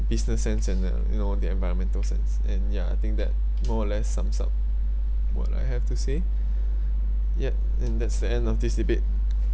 business sense and uh you know the environmental sense and yeah I think that more or less sums up what I have to say yup and that's the end of this debate